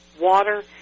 water